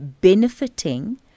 benefiting